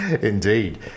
indeed